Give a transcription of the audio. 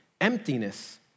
emptiness